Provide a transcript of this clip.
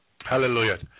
Hallelujah